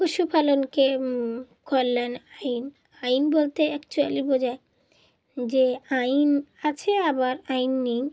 পশুপালনকে করলেন আইন আইন বলতে অ্যাকচুয়ালি বোঝায় যে আইন আছে আবার আইন নেই